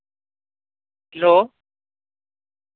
hello